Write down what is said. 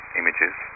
images